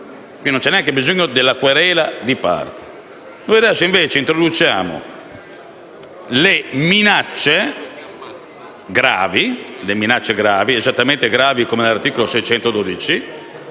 non c'è neanche bisogno della querela di parte.